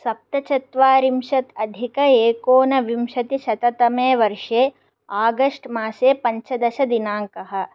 सप्तचत्वारिंशत् अधिक एकोनविंशतिशततमे वर्षे आगस्ट्मासे से पञ्चदशदिनाङ्कः